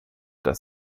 dass